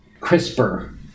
CRISPR